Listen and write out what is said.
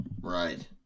Right